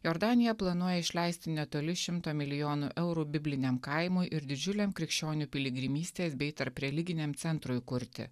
jordanija planuoja išleisti netoli šimto milijonų eurų bibliniam kaimui ir didžiuliam krikščionių piligrimystės bei tarpreliginiam centrui kurti